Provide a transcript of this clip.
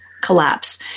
collapse